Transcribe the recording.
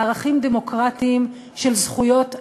לערכים דמוקרטיים של זכויות האדם.